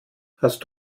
hast